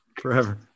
Forever